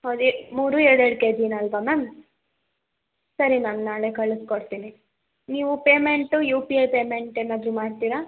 ಹೌದು ಎ ಮೂರೂ ಎರಡು ಎರಡು ಕೆ ಜಿನಲ್ಲವ ಮ್ಯಾಮ್ ಸರಿ ಮ್ಯಾಮ್ ನಾಳೆ ಕಳ್ಸಿಕೊಡ್ತೀನಿ ನೀವು payment U P I payment ಏನಾದರು ಮಾಡ್ತೀರಾ